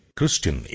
Christian